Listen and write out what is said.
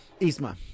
Isma